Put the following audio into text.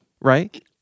right